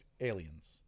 aliens